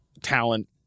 talent